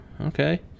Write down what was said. Okay